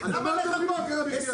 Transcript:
ריק.